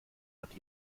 hat